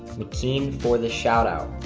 mckeen for the shout-out?